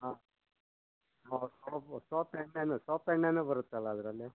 ಹಾಂ soap soap ಎಣ್ಣೆಲ್ಲೂ soap ಎಣ್ಣೆನೂ ಬರುತ್ತಲ್ಲ ಅದರಲ್ಲಿ